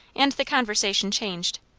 and the conversation changed.